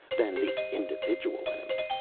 than the individual enemy.